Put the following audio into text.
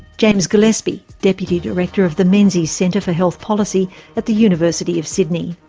james gillespie, deputy director of the menzies centre for health policy at the university of sydney.